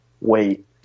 wait